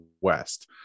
West